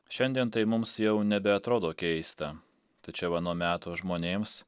šiandien mums jau nebeatrodo keista tačiau ano meto žmonėms